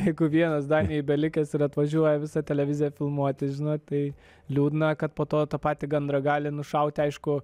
jeigu vienas danijoj belikęs ir atvažiuoja visa televizija filmuotis žinok tai liūdna kad po to tą patį gandrą gali nušauti aišku